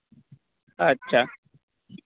ᱟᱪᱪᱷᱟ